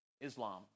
Islam